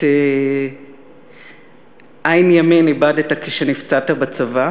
את עין ימין איבדת כשנפצעת בצבא,